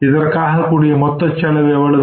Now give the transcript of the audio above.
இதற்காக கூடிய மொத்த செலவு எவ்வளவு